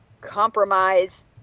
compromise